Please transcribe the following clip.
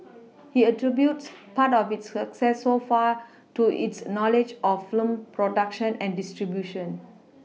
he attributes part of its success so far to his knowledge of film production and distribution